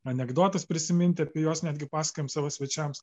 anekdotus prisiminti apie juos netgi pasakojam savo svečiams